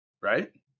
right